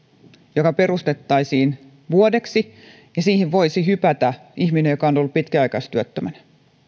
joka perustettaisiin vuodeksi ja johon voisi hypätä ihminen joka on ollut pitkäaikaistyöttömänä